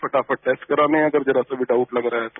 फटाफट टेस्ट कराने हैं अगर जरा सा भी डाउट लग रहा है तो